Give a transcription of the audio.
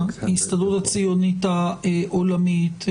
ההסתדרות הציונית העולמית,